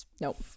Nope